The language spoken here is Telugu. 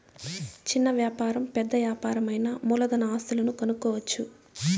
చిన్న వ్యాపారం పెద్ద యాపారం అయినా మూలధన ఆస్తులను కనుక్కోవచ్చు